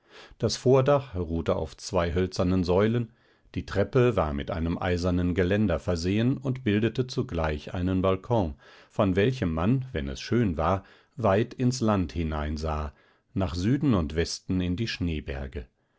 das vordach ruhte auf zwei hölzernen säulen die treppe war mit einem eisernen geländer versehen und bildete zugleich einen balkon von welchem man wenn es schön war weit ins land hineinsah nach süden und westen in die schneeberge